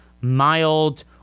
mild